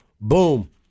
boom